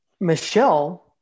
Michelle